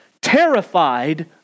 terrified